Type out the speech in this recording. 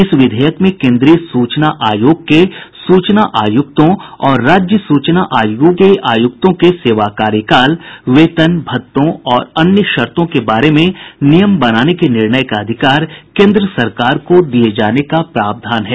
इस विधेयक में केंद्रीय सूचना आयोग के सूचना आयुक्तों और राज्य सूचना आयोग के आयुक्तों के सेवा कार्यकाल वेतन भत्तों और अन्य शर्तों के बारे में नियम बनाने के निर्णय का अधिकार केन्द्र सरकार को दिए जाने का प्रावधान है